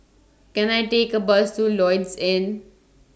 Can I Take A Bus to Lloyds Inn